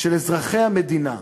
של אזרחי המדינה.